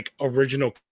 original